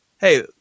hey